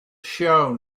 show